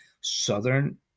southern